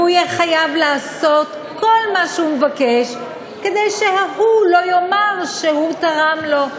והוא יהיה חייב לעשות כל מה שהוא מבקש כדי שההוא לא יאמר שהוא תרם לו,